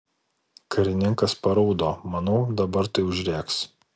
karininkas paraudo manau dabar tai užrėks